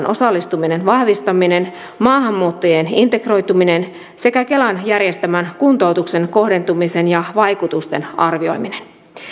osallistumisen vahvistaminen maahanmuuttajien integroituminen sekä kelan järjestämän kuntoutuksen kohdentumisen ja vaikutusten arvioiminen